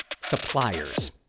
suppliers